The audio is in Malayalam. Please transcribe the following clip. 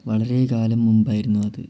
വളരെ കാലം മുമ്പായിരുന്നു അത്